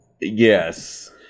Yes